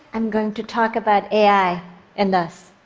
i'm going to talk about ai and us.